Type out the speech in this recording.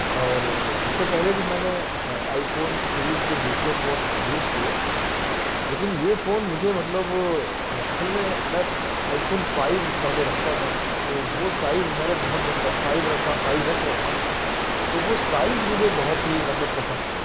اور اس سے پہلے بھی میں نے آئی فون سریز کے دوسرے فون یوز کیے لیکن یہ فون مجھے مطلب اصل میں آئی فون فائیو پہلے رکھتا تھا تو وہ سائز میں نے بہت دن تک فائیو رکھا فائیو ایس رکھا تو وہ سائز مجھے بہت ہی مطلب پسند تھا